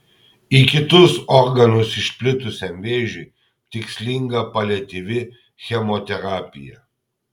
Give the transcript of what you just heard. į kitus organus išplitusiam vėžiui tikslinga paliatyvi chemoterapija